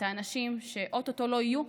את האנשים שאו-טו-טו לא יהיו,